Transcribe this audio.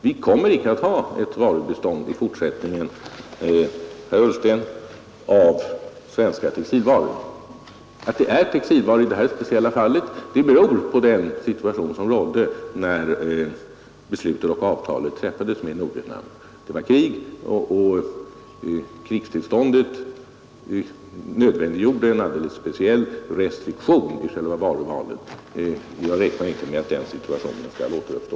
Jag räknar inte med att vårt varubistånd i fortsättningen, herr Ullsten, kommer att omfatta textilvaror. Att det var fråga om textilvaror i det här speciella fallet berodde på den situation som rådde när avtalet träffades med Nordvietnam. Det var krig, och krigstillståndet nödvändiggjorde en alldeles särskild restriktion i själva varuvalet. Jag räknar inte med att den situationen skall återuppstå.